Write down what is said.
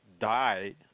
died